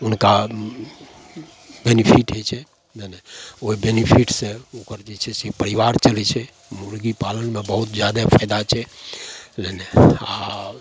हुनका बेनिफिट होइ छै नइ नइ ओइ बेनिफिटसँ ओकर जे छै से परिवार चलय छै मुर्गी पालनमे बहुत जादा फायदा छै नइ नइ आओर